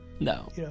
No